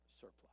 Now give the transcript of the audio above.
surplus